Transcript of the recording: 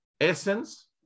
essence